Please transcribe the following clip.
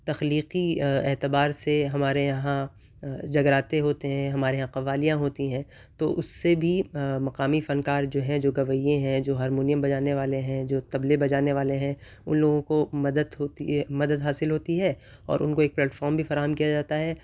تخلیقی اعتبار سے ہمارے یہاں جگراتیں ہوتے ہیں ہمارے یہاں قوالیاں ہوتی ہیں تو اس سے بھی مقامی فنکار جو ہیں جو گویے ہیں جو ہارمیونیم بجانے والے ہیں جو طبلے بجانے والے ہیں ان لوگوں کو مدد ہوتی ہے مدد حاصل ہوتی ہے اور ان کو ایک پلیٹفارم بھی فراہم کیا جاتا ہے